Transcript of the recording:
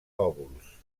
lòbuls